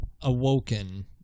awoken